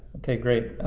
okay, great,